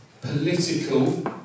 political